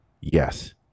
Yes